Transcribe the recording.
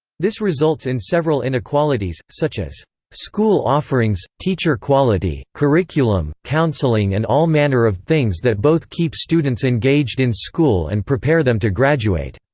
this results in several inequalities, such as school offerings, teacher quality, curriculum, counseling and all manner of things that both keep students engaged in school and prepare them to graduate.